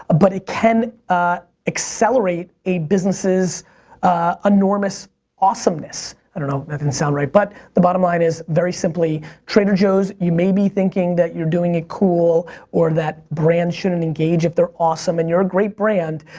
ah but it can accelerate a business's enormous awesomemess. i don't know. that doesn't and sound right, but the bottom line is very simply, trader joe's you may be thinking that you're doing it cool or that brands shouldn't engage if they're awesome, and you're a great brand,